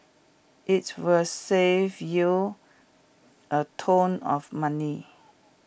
its will save you A ton of money